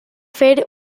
fer